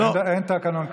אין תקנון כזה.